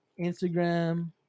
Instagram